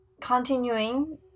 continuing